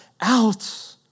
out